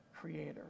creator